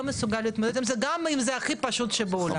מסוגל להתמודד עם זה גם אם זה הכי פשוט שבעולם.